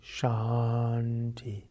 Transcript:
Shanti